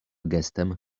gestem